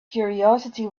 curiosity